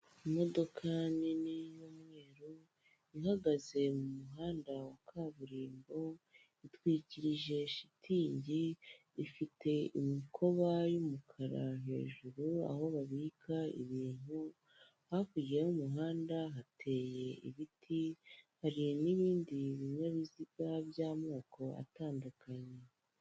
Imodoka nini y'umweru, ihagaze mu muhanda wa kaburimbo, itwikirije shitingi, ifite imikoba y'umukara hejuru aho babika ibintu, hakurya y'umuhanda hateye ibiti, hari n'ibindi binyabiziga by'amoko atandukanye.